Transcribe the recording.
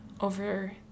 over